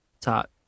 top